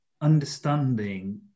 understanding